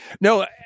no